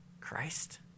Christ